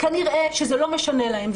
כנראה שזה לא משנה להם.